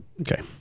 Okay